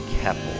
Keppel